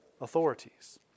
authorities